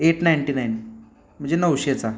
eight ninety nine म्हणजे नऊशेचा